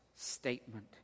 statement